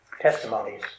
testimonies